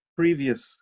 previous